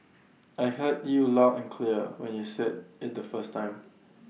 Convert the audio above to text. I heard you loud and clear when you said IT the first time